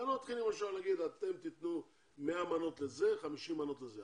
אתם יכולים לומר שאלה ייתנו 100 מנות לזה ו-50 מנות לזה,